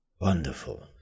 Wonderful